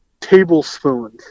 tablespoon